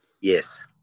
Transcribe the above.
Yes